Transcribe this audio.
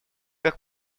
как